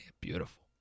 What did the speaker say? beautiful